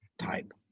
type